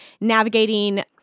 navigating